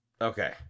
okay